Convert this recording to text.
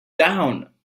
down